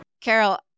Carol